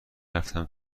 رفتم